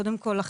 קודם כל,